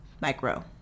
Micro